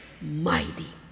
mighty